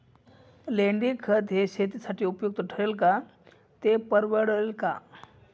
लेंडीखत हे शेतीसाठी उपयुक्त ठरेल का, ते परवडेल का?